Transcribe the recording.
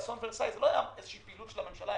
באסון ורסאי זו לא הייתה איזו פעילות של הממשלה,